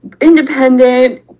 independent